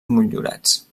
motllurats